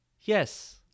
yes